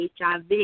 HIV